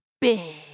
big